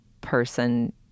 person